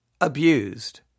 abused